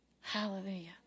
Hallelujah